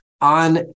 on